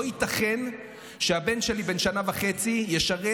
לא ייתכן שבני בן השנה וחצי ישרת